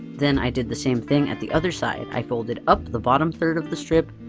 then i did the same thing at the other side i folded up the bottom third of the strip.